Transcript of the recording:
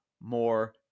more